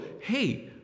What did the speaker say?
Hey